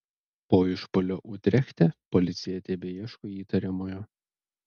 po išpuolio utrechte policija tebeieško įtariamojo